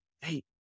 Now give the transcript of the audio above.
hey